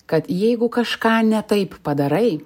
kad jeigu kažką ne taip padarai